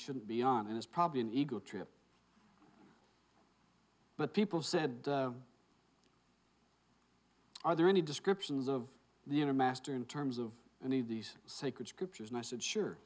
shouldn't be on and it's probably an ego trip but people said are there any descriptions of the inner master in terms of any of these sacred scriptures and i said sure